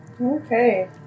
Okay